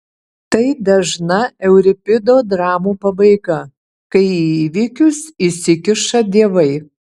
tai dažna euripido dramų pabaiga kai į įvykius įsikiša dievai